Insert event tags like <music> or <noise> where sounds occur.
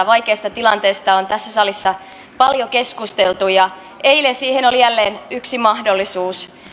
<unintelligible> vaikeasta tilanteesta on tässä salissa paljon keskusteltu ja eilen siihen oli jälleen yksi mahdollisuus